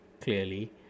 clearly